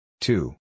Two